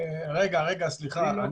רגע, סליחה.